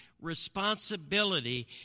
responsibility